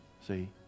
See